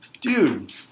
dude